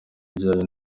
ijyanye